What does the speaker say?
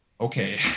okay